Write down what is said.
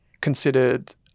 considered